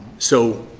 so,